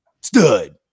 stood